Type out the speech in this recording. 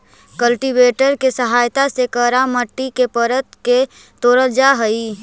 cultivator के सहायता से कड़ा मट्टी के परत के तोड़ल जा हई